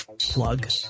Plug